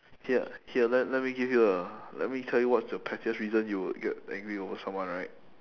here here let let me give you a let me tell you what's the pettiest reason you would get angry over someone right